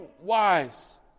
wise